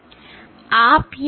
आप यह नहीं जानते हैं